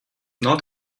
not